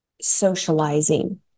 socializing